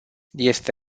este